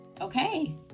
Okay